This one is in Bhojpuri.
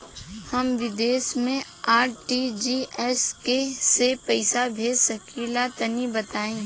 हम विदेस मे आर.टी.जी.एस से पईसा भेज सकिला तनि बताई?